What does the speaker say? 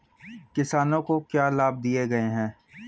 किसानों को क्या लाभ दिए गए हैं?